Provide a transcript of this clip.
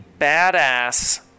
badass